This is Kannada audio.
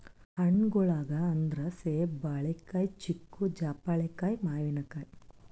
ಹಣ್ಣ್ಗೊಳ್ ಅಂದ್ರ ಸೇಬ್, ಬಾಳಿಕಾಯಿ, ಚಿಕ್ಕು, ಜಾಪಳ್ಕಾಯಿ, ಮಾವಿನಕಾಯಿ